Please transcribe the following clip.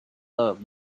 love